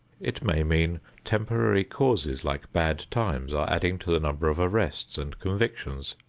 it may mean temporary causes like bad times are adding to the number of arrests and convictions.